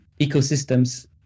ecosystems